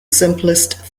simplest